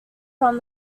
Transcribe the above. from